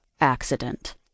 accident